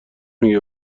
میگه